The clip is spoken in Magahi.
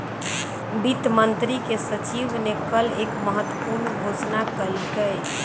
वित्त मंत्री के सचिव ने कल एक महत्वपूर्ण घोषणा कइलय